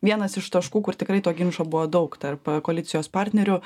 vienas iš taškų kur tikrai to ginčo buvo daug tarp koalicijos partnerių